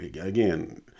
again